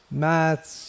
maths